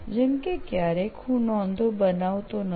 જેમ કે ક્યારેક હું નોંધો બનાવતો નથી